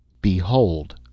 Behold